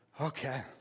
Okay